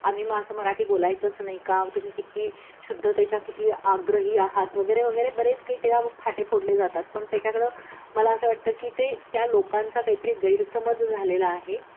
आम्ही मग असं मराठी बोलायचंच नाही का तुम्ही किती शुद्धतेच्या किती आग्रही आहात वगैरे वगैरे बरेच काही त्याला फाटे फोडले जातात पण त्याच्याकडं मला असं वाटतं की ते त्या लोकांचा काहीतरी गैरसमज झालेला आहे